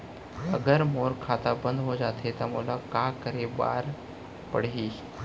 अगर मोर खाता बन्द हो जाथे त मोला का करे बार पड़हि?